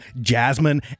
Jasmine